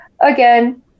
again